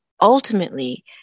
ultimately